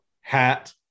hat